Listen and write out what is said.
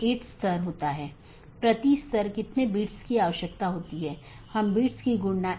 इसका मतलब है यह चीजों को इस तरह से संशोधित करता है जो कि इसके नीतियों के दायरे में है